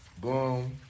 Boom